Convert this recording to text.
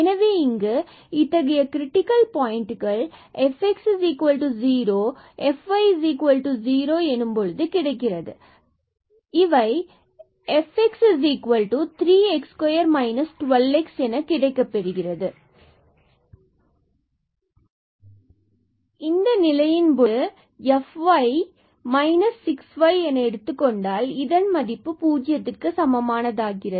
எனவே இங்கு இத்தகைய கிரிட்டிக்கல் பாயிண்டுகள் fx0 and fy0 தற்பொழுது உள்ளன fx0 இவை fx3x2 12x என கிடைக்கப்பெறுகிறது எனவே இந்த நிலையின் பொழுது இது fy என 6y எடுத்துக்கொண்டால் பின்பு இதன் மதிப்பு பூஜ்ஜியத்திற்க்கு சமம் ஆகிறது